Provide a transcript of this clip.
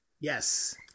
Yes